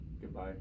Goodbye